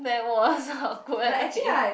that was awkward okay